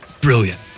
Brilliant